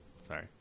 Sorry